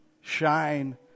Shine